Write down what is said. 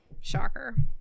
Shocker